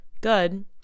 good